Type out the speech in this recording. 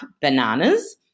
bananas